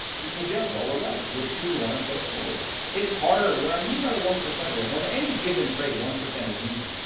because you have lower leverage. you have two two one instead of four two, it's harder. what i mean by the one percent rule is, on any given trade, one percent is easy.